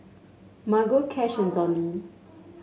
Margo Cash and Zollie